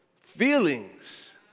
feelings